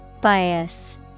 Bias